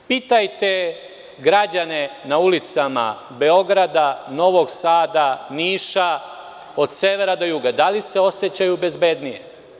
Pitajte građane na ulicama Beograda, Novog Sada, Niša, od severa do juga, da li se osećaju bezbednije?